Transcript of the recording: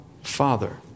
Father